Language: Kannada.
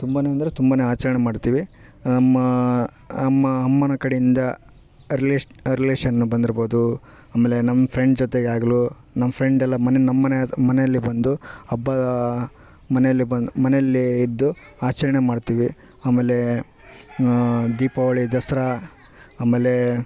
ತುಂಬ ಅಂದರೆ ತುಂಬಾ ಆಚರಣೆ ಮಾಡ್ತೀವಿ ಮಾ ಅಮ್ಮಾ ಅಮ್ಮನ ಕಡೆಯಿಂದ ರಿಲೇಶ್ ರಿಲೇಶನ್ ಬಂದಿರ್ಬೌದು ಆಮೇಲೆ ನಮ್ಮ ಫ್ರೆಂಡ್ ಜೊತೆ ಆಗಲೂ ನಮ್ಮ ಫ್ರೆಂಡ್ ಎಲ್ಲ ಮನೆ ನಮ್ಮ ಮನೆ ನಮ್ಮ ಮನೆಯಲ್ಲಿ ಬಂದು ಹಬ್ಬದಾ ಮನೆಯಲ್ಲಿ ಬಂದು ಮನೆಯಲ್ಲಿ ಇದ್ದು ಆಚರಣೆ ಮಾಡ್ತೀವಿ ಆಮೇಲೇ ದೀಪಾವಳಿ ದಸ್ರಾ ಆಮೇಲೇ